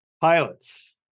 Pilots